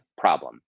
problem